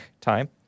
time